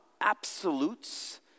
absolutes